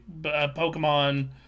Pokemon